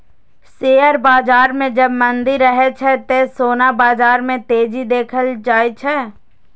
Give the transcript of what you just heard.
share बाजार मे जब मंदी रहै छै, ते सोना बाजार मे तेजी देखल जाए छै